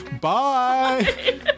Bye